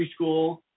preschool